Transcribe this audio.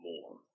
more